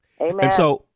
amen